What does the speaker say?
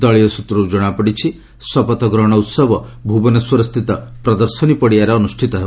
ଦଳୀୟ ସ୍ଟତ୍ରରୁ ଜଣାପଡ଼ିଛି ଶପଥ ଗ୍ରହଣ ଉହବ ଭୁବନେଶ୍ୱରସ୍ଥିତ ପ୍ରଦର୍ଶନୀ ପଡ଼ିଆରେ ଅନୁଷ୍ଠିତ ହେବ